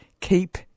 keep